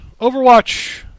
Overwatch